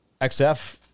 XF